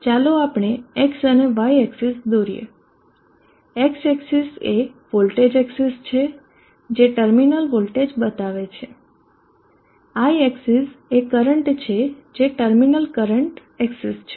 ચાલો આપણે X અને Y એક્સીસ દોરીએ X એક્સીસ એ વોલ્ટેજ એક્સીસ છે જે ટર્મિનલ વોલ્ટેજ બતાવે છે i એક્સીસ એ કરંટ છે જે ટર્મિનલ કરંટ એક્સીસ છે